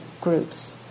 groups